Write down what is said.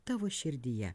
tavo širdyje